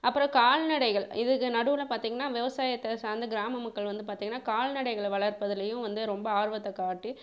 அப்புறம் கால்நடைகள் இதுக்கு நடுவில் பார்த்தீங்கன்னா விவசாயத்தை சார்ந்து கிராம மக்கள் வந்து பார்த்தீங்கன்னா கால்நடைகளை வளர்ப்பதிலயும் வந்து ரொம்ப ஆர்வத்தை காட்டி